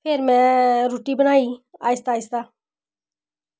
फिर में रुट्टी बनाई आस्ता आस्ता